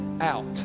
out